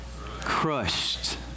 crushed